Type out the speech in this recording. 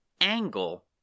angle